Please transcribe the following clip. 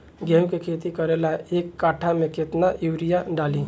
गेहूं के खेती करे ला एक काठा में केतना युरीयाँ डाली?